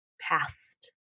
past